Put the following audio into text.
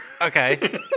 Okay